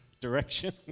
direction